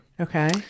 Okay